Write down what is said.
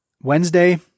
Wednesday